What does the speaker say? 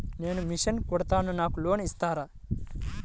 నేను మిషన్ కుడతాను నాకు లోన్ ఇస్తారా?